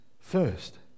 first